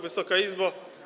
Wysoka Izbo!